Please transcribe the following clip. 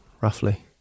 roughly